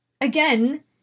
again